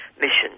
mission